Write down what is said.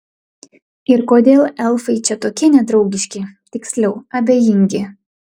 ir kodėl elfai čia tokie nedraugiški tiksliau abejingi